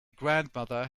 grandmother